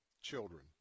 children